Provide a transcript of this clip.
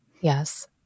Yes